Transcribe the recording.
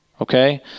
okay